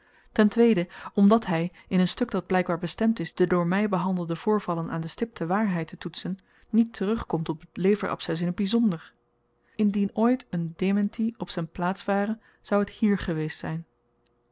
ten tweede omdat hy in n stuk dat blykbaar bestemd is de door my behandelde voorvallen aan de stipte waarheid te toetsen niet terugkomt op t leverabcès in t byzonder indien ooit n démenti op z'n plaats ware zou t hier geweest zyn